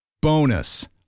Bonus